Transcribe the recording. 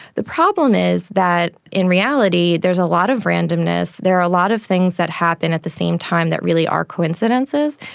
the problem is that in reality there's a lot of randomness, there are a lot of things that happen at the same time that really are coincidences,